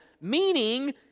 meaning